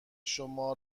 شما